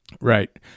Right